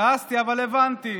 כעסתי, אבל הבנתי,